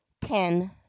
ten